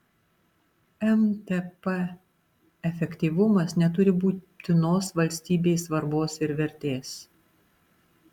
mtp efektyvumas neturi būtinos valstybei svarbos ir vertės